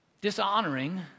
dishonoring